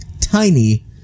tiny